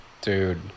Dude